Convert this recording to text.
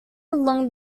along